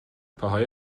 پاهای